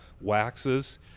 waxes